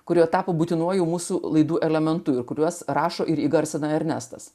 kuri tapo būtinuoju mūsų laidų elementu ir kuriuos rašo ir įgarsina ernestas